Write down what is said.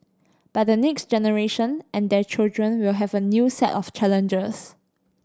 but the next generation and their children will have a new set of challenges